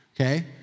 Okay